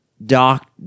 Doc